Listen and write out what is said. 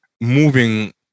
moving